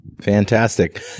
Fantastic